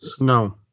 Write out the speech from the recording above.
No